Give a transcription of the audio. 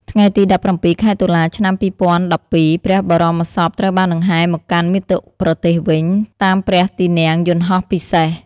ថ្ងៃទី១៧ ខែតុលា ឆ្នាំ២០១២ ព្រះបរមសពត្រូវបានដង្ហែមកកាន់មាតុប្រទេសវិញ តាមព្រះទីនាំងយន្តហោះពិសេស។